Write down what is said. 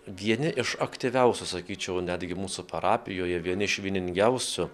vieni iš aktyviausių sakyčiau netgi mūsų parapijoje vieni iš vieningiausių